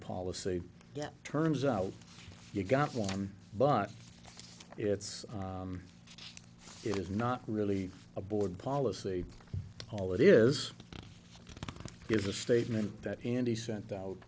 policy that turns out you got one but it's it is not really a board policy all it is is a statement that andy sent out